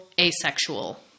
asexual